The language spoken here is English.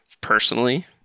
personally